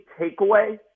takeaway